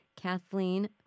Kathleen